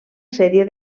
sèrie